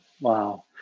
Wow